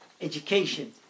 education